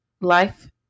life